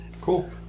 cool